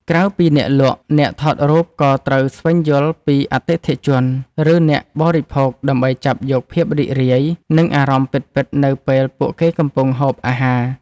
ក្រៅពីអ្នកលក់ អ្នកថតរូបក៏ត្រូវស្វែងយល់ពី អតិថិជន ឬអ្នកបរិភោគ ដើម្បីចាប់យកភាពរីករាយ និងអារម្មណ៍ពិតៗនៅពេលពួកគេកំពុងហូបអាហារ។